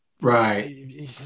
Right